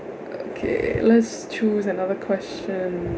okay let's choose another question